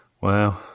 wow